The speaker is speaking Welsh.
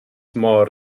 mor